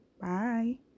bye